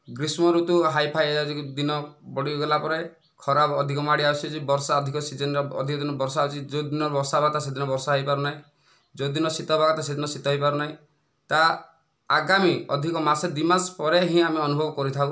ଗ୍ରୀଷ୍ମ ଋତୁ ହାଇଫାଇ ଦିନ ବଢ଼ି ଗଲା ପରେ ଖରା ଅଧିକ ମାଡ଼ି ଆସୁଛି ବର୍ଷା ଅଧିକ ସିଜିନରେ ବର୍ଷା ହେଉଛି ଯେଉଁ ଦିନ ବର୍ଷା ହେବା କଥା ସେହି ଦିନ ବର୍ଷା ହେଉନାହିଁ ଯେଉଁ ଦିନ ଶୀତ ହେବା କଥା ସେହିଦିନ ଶୀତ ହୋଇପାରୁ ନାହିଁ ତା ଆଗାମୀ ଅଧିକ ମାସେ ଦୁଇ ମାସ ପରେ ହିଁ ଆମେ ଅନୁଭବ କରିଥାଉ